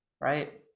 right